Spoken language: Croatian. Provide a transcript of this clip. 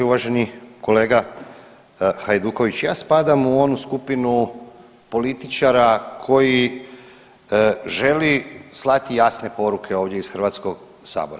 Uvaženi kolega Hajduković, ja spadam u onu skupinu političara koji želi slati jasne poruke ovdje iz Hrvatskog sabora.